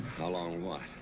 how long, what?